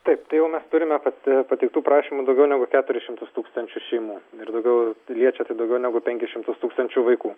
taip tai jau mes turime pat pateiktų prašymų daugiau negu keturis šimtus tūkstančių šeimų ir daugiau liečia tai daugiau negu penkis šimtus tūkstančių vaikų